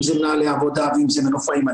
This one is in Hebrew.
אם זה מנהלי עבודה ואם זה מנופאים,